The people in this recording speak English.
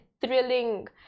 thrilling